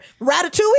ratatouille